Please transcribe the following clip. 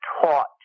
taught